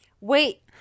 Wait